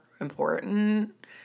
important